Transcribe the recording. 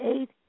eight